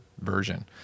version